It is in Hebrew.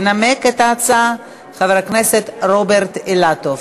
ינמק את ההצעה חבר הכנסת רוברט אילטוב.